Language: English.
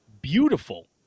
beautiful